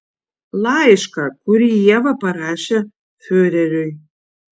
laišką kurį ieva parašė fiureriui